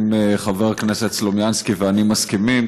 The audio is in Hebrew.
אם חבר הכנסת סלומינסקי ואנוכי מסכימים,